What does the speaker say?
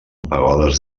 pagodes